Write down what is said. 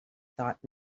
thought